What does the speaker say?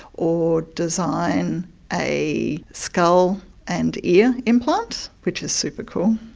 or design a skull and ear implant, which is super cool.